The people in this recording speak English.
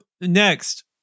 next